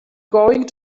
going